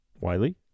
Wiley